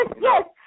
yes